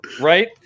Right